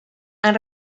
han